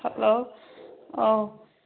ꯍꯠꯂꯣ ꯑꯥꯎ